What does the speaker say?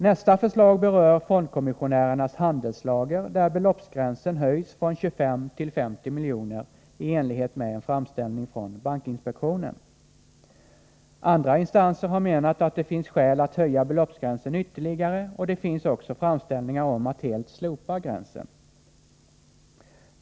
Nästa förslag berör fondkommissionärernas handelslager, där belopps Andra instanser har menat att det finns skäl att höja beloppsgränsen ytterligare, och det finns också framställningar om att helt slopa gränsen.